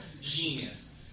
genius